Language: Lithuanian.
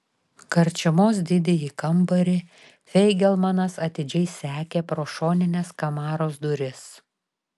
karčiamos didįjį kambarį feigelmanas atidžiai sekė pro šonines kamaros duris